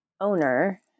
owner